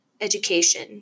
education